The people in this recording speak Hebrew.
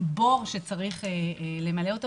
בור שצריך למלא אותו,